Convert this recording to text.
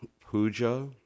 puja